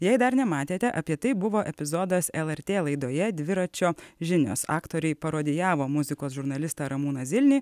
jei dar nematėte apie tai buvo epizodas lrt laidoje dviračio žinios aktoriai parodijavo muzikos žurnalistą ramūną zilnį